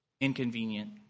inconvenient